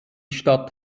stadt